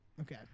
Okay